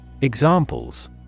Examples